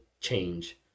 change